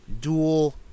dual